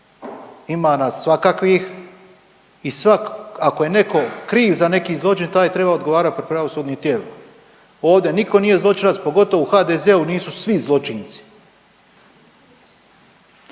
ima nas svakakvih i ako je neko kriv za neki zločin taj treba odgovarat pred pravosudnim tijelima. Ovdje niko nije zločinac pogotovo u HDZ-u nisu svi zločinci.